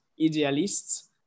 idealists